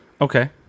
Okay